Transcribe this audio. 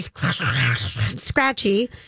scratchy